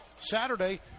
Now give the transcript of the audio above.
Saturday